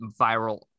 viral